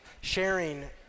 sharing